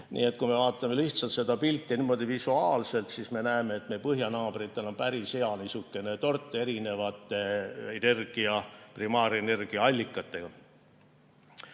Nii et kui me vaatame seda pilti lihtsalt niimoodi visuaalselt, siis me näeme, et meie põhjanaabritel on päris hea niisugune tort erinevaid primaarenergia allikaid.